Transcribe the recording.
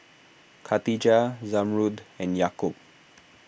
Khatijah Zamrud and Yaakob